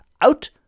out